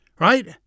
right